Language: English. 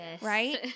Right